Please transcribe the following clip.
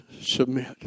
submit